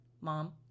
Mom